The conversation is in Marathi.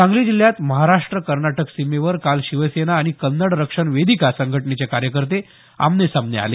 सांगली जिल्ह्यात महाराष्ट कर्नाटक सीमेवर काल शिवसेना आणि कन्नड रक्षण वेदिका संघटनेचे कार्यकर्ते आमने सामने आले